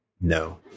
No